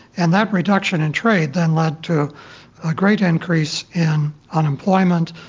and that reduction in trade then led to a great increase in unemployment,